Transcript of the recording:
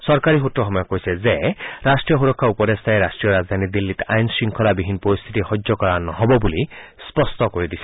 চৰকাৰী সূত্ৰসমূহে কৈছে যে ৰাষ্টীয় সূৰক্ষা উপদেষ্টাই ৰাষ্টীয় ৰাজধানী দিল্লীত আইন শংখলাবিহীন পৰিস্থিতি সহ্য কৰা নহ'ব বুলি স্পষ্ট কৰি দিছে